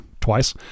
twice